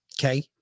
Okay